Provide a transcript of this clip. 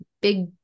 big